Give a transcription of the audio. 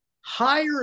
higher